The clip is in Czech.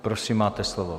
Prosím, máte slovo.